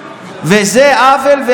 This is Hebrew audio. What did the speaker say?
זה עוול.